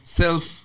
self